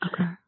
Okay